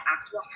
actual